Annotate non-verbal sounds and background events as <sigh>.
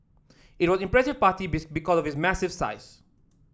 it was impressive party <unintelligible> because of massive size